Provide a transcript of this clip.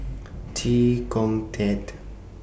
Chee Kong Tet